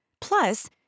Plus